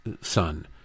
son